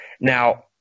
now